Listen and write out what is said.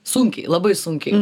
sunkiai labai sunkiai